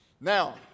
Now